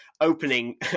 opening